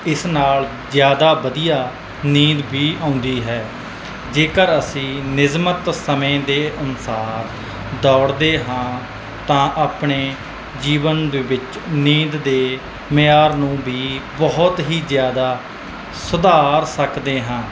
ਇਸ ਨਾਲ ਜ਼ਿਆਦਾ ਵਧੀਆ ਨੀਂਦ ਵੀ ਆਉਂਦੀ ਹੈ ਜੇਕਰ ਅਸੀਂ ਨਿਯਮਤ ਸਮੇਂ ਦੇ ਅਨੁਸਾਰ ਦੌੜਦੇ ਹਾਂ ਤਾਂ ਆਪਣੇ ਜੀਵਨ ਦੇ ਵਿੱਚ ਨੀਂਦ ਦੇ ਮਿਆਰ ਨੂੰ ਵੀ ਬਹੁਤ ਹੀ ਜ਼ਿਆਦਾ ਸੁਧਾਰ ਸਕਦੇ ਹਾਂ